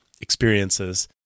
experiences